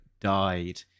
died